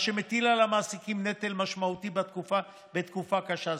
מה שמטיל על המעסיקים נטל משמעותי בתקופה קשה זו.